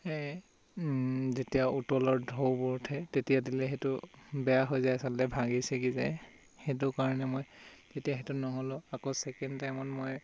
যেতিয়া উতলৰ ঢৌবোৰ উঠে তেতিয়া দিলে সেইটো বেয়া হৈ যায় আচলতে ভাগি ছিগি যায় সেইটো কাৰণে মই তেতিয়া সেইটো নহ'লোঁ আকৌ ছেকেণ্ড টাইমত মই